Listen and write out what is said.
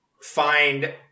find